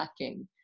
lacking